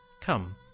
Come